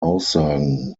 aussagen